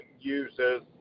uses